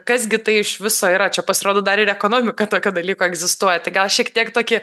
kas gi tai iš viso yra čia pasirodo dar ir ekonomika tokio dalyko egzistuoja tik gal šiek tiek tokį